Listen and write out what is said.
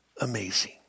amazing